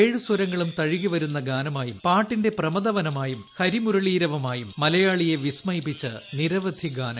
ഏഴ് സ്വരങ്ങളും തഴുകി വരുന്ന ഗാനമായും പാട്ടിന്റെ പ്രമദവനമായും ഹരിമുരളീരവമായും മലയാളിയെ വിസ്മയിപ്പിച്ച നിരവധി ഗാനങ്ങൾ